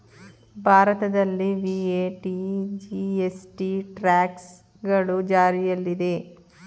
ಭಾರತದಲ್ಲಿ VAT, GST, tax ಗಳು ಜಾರಿಯಲ್ಲಿದೆ